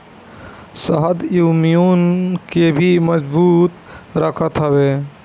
शहद इम्यून के भी मजबूत रखत हवे